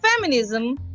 feminism